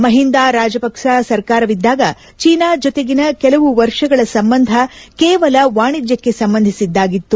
ಮಹಿಂದಾ ರಾಜಪಕ್ಷ ಸರ್ಕಾರವಿದ್ದಾಗ ಚೀನಾ ಜೊತೆಗಿನ ಕೆಲವು ವರ್ಷಗಳ ಸಂಬಂಧ ಕೇವಲ ವಾಣಿಜ್ಯಕ್ಕೆ ಸಂಬಂಧಿಸಿದಾಗಿತ್ತು